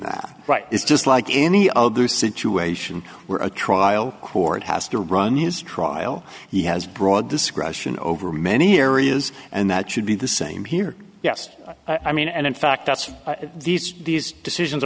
that right is just like any other situation where a trial court has to run his trial he has broad discretion over many areas and that should be the same here yes i mean and in fact that's these these decisions